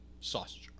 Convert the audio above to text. sausage